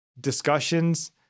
discussions